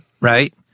Right